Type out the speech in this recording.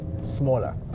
smaller